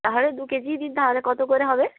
তাহলে দু কেজিই দিন তাহলে কত করে হবে